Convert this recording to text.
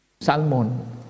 salmon